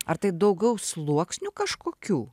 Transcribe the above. ar tai daugiau sluoksnių kažkokių